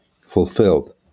fulfilled